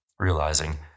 realizing